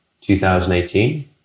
2018